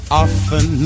often